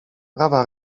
prawa